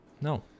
No